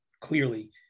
clearly